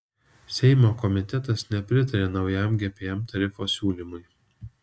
seimo komitetas nepritarė naujam gpm tarifo siūlymui